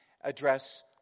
address